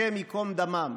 השם ייקום דמם.